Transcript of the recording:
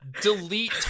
delete